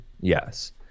Yes